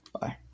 Bye